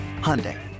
Hyundai